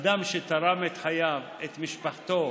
אדם שתרם את חייו, את משפחתו,